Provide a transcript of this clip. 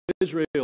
Israel